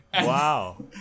wow